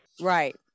Right